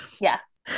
Yes